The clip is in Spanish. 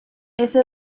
esa